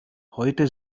heute